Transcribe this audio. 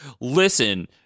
listen